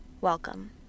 Welcome